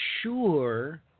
sure